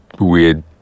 weird